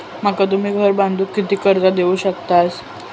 माका तुम्ही घर बांधूक किती कर्ज देवू शकतास?